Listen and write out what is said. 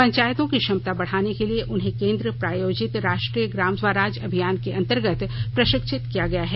पंचायतों की क्षमता बढ़ाने के लिए उन्हें केंद्र प्रायोजित राष्ट्रीय ग्राम स्वराज अभियान के अंतर्गत प्रशिक्षित किया गया है